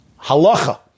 halacha